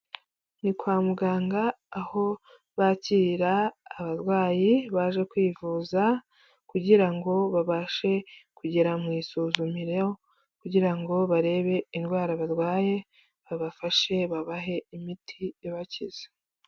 Ni kwa muganga aho bakirira abarwayi baje kwivuza, kugira ngo babashe kugera mu isuzumiro, kugira ngo barebe indwara barwaye babafashe babahe imiti ibakiza.